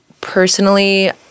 Personally